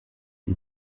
die